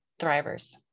thrivers